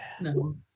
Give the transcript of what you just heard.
No